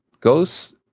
goes